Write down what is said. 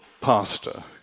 pastor